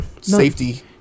safety